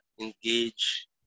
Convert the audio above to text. engage